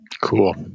Cool